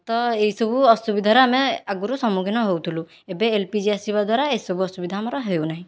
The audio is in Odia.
ତ ଏହିସବୁ ଅସୁବିଧାରେ ଆମେ ଆଗରୁ ସମ୍ମୁଖୀନ ହେଉଥିଲୁ ଏବେ ଏଲ୍ ପି ଜି ଆସିବା ଦ୍ୱାରା ଏହିସବୁ ଅସୁବିଧା ଆମର ହେଉ ନାହିଁ